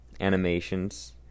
animations